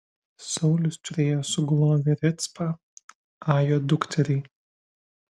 saulius turėjo sugulovę ricpą ajo dukterį